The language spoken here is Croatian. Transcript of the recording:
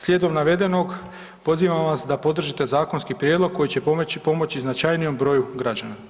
Slijedom navedenog pozivam vas da podržite zakonski prijedlog koji će pomoći značajnijem broju građana.